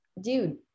dude